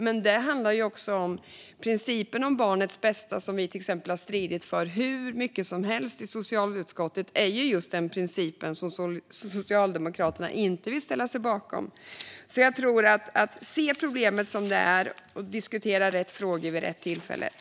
Men principen om barnets bästa, som vi till exempel har stridit hur mycket som helst för i socialutskottet, är ju just den princip som Socialdemokraterna inte vill ställa sig bakom. Jag tror på att se problemet som det är och att diskutera rätt frågor vid rätt tillfälle.